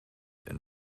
and